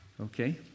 Okay